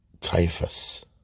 Caiaphas